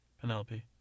Penelope